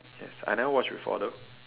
yes I never watch before though